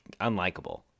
unlikable